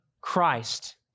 Christ